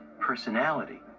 personality